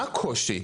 מה הקושי?